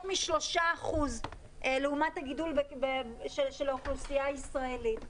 מ-3% לעומת הגידול של האוכלוסייה הישראלית.